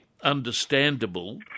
understandable